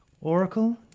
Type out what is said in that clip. Oracle